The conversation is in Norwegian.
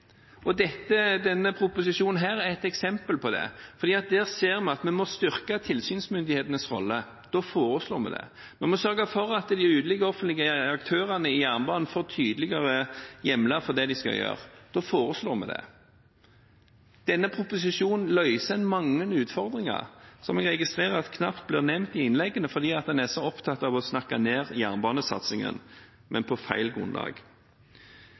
Denne proposisjonen er et eksempel på det. Når vi ser at vi må styrke tilsynsmyndighetenes rolle, foreslår vi det. Når vi må sørge for at de ulike offentlige aktørene i jernbanesektoren får tydeligere hjemler for det de skal gjøre, foreslår vi det. Denne proposisjonen løser mange utfordringer, som jeg registrerer knapt blir nevnt i innleggene fordi en er så opptatt av å snakke ned jernbanesatsingen, men på feil grunnlag.